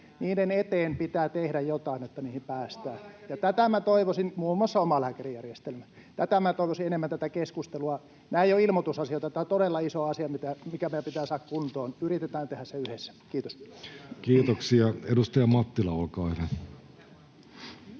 Niiden eteen pitää tehdä jotain, että niihin päästään. [Aki Lindén: Omalääkärimalli!] — Muun muassa omalääkärijärjestelmä. — Minä toivoisin enemmän tätä keskustelua. Nämä eivät ole ilmoitusasioita. Tämä on todella iso asia, mikä meidän pitää saada kuntoon. Yritetään tehdä se yhdessä. — Kiitos. [Vasemmalta: Hyvä